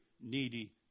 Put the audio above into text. needy